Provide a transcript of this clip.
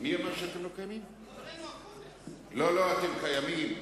לא לא, אתם קיימים.